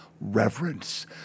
reverence